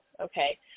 okay